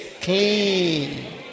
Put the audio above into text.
clean